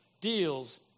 deals